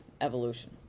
evolution